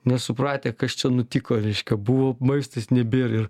nesupratę kas čia nutiko reiškia buvo maistas nebėr ir